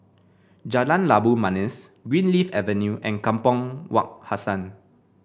Jalan Labu Manis Greenleaf Avenue and Kampong Wak Hassan